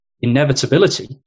inevitability